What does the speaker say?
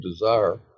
desire